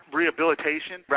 rehabilitation